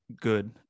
good